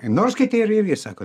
nors kiti ir irgi sako